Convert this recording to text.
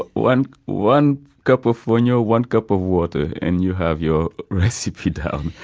one one cup of fonio, one cup of water and you have your recipe down.